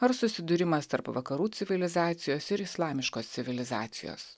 ar susidūrimas tarp vakarų civilizacijos ir islamiškos civilizacijos